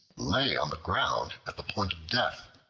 lay on the ground at the point of death.